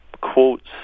quotes